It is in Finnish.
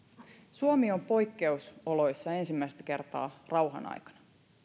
suomi on poikkeusoloissa ensimmäistä kertaa rauhan aikana